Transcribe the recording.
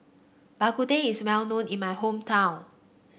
Bak Kut Teh is well known in my hometown